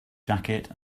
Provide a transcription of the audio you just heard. jacket